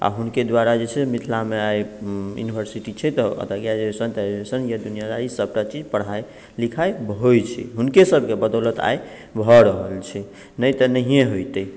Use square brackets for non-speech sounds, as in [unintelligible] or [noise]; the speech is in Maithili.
आ हुनके द्वारा जे छै मिथिला मे आइ यूनिवर्सिटी छै [unintelligible] दुनिआ दारी सबटा चीज पढ़ाइ लिखाइ होइ छै हुनके सबके बदौलत आइ भऽ रहल छै नहि तऽ नहिये होइतै